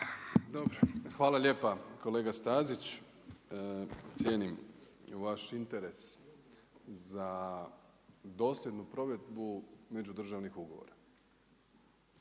Dobro, hvala lijepa kolega Stazić. Cijenim vaš interes za dosljednu provedbu međudržavnih ugovora.